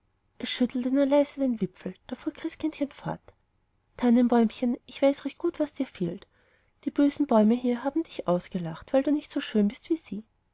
schüttelte nur leise den wipfel da fuhr christkindchen fort tannenbäumchen ich weiß es recht gut was dir fehlt die bösen bäume hier haben dich ausgelacht weil du nicht so schön bist wie sie